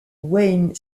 wayne